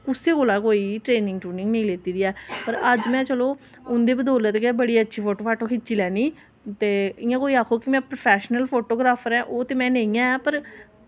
कुसै कोला कोई ट्रेनिंग ट्रुनिंग नेईं लैती दी ऐ पर अज्ज में चलो उं'दी बदौलत गै बड़ी अच्छी फोटो फाटो खिच्ची लैन्नी ते इ'यां कोई आखो कि में प्रोफैशनल ऐं ओह् ते में नेईं ऐं पर